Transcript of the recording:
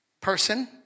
person